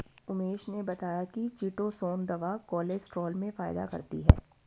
उमेश ने बताया कि चीटोसोंन दवा कोलेस्ट्रॉल में फायदा करती है